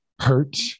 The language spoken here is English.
hurt